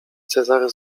cezary